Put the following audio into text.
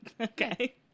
Okay